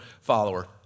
follower